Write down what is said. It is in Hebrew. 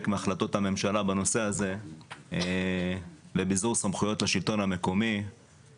מהחלטות הממשלה בנושא הזה של ביזור סמכויות לשלטון המקומי,